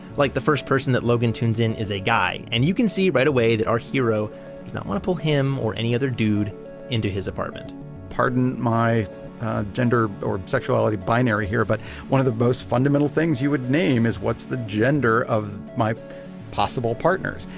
like the first person that logan tunes in is a guy and you can see right away that our hero does not want pull him, or any other dude into his apartment pardon my gender or sexuality binary here, but one of the most fundamental things you would name is what's the gender of my possible partners.